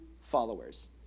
followers